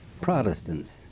Protestants